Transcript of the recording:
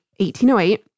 1808